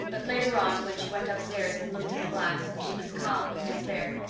but later on, when she went upstairs and looked in the glass, she was calm with despair.